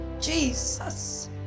Jesus